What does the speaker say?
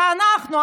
שאנחנו,